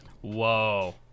whoa